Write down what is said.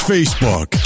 Facebook